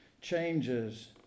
changes